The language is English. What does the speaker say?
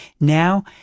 now